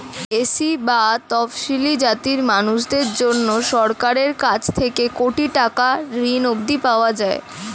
SC বা তফশিলী জাতির মানুষদের জন্যে সরকারের কাছ থেকে কোটি টাকার ঋণ অবধি পাওয়া যায়